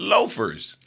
Loafers